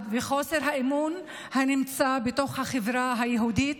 וחוסר האמון הנמצא בתוך החברה היהודית,